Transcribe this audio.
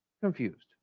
confused